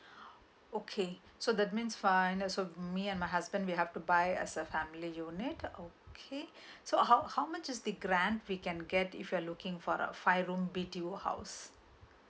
okay so that means fine as of me and my husband we have to buy a as a family unit okay so how how much is the grant we can get if we're looking for a five room B_T_O house